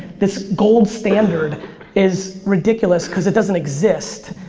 this gold standard is ridiculous cause it doesn't exist.